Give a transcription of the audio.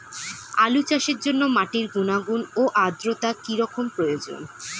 আলু চাষের জন্য মাটির গুণাগুণ ও আদ্রতা কী রকম প্রয়োজন?